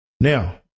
Now